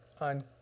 on